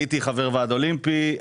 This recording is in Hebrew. הייתי חבר ועד אולימפי,